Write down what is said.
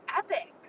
epic